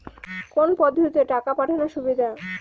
কোন পদ্ধতিতে টাকা পাঠানো সুবিধা?